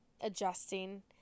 adjusting